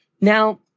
Now